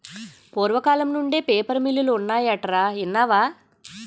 పూర్వకాలం నుండే పేపర్ మిల్లులు ఉన్నాయటరా ఇన్నావా